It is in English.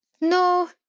no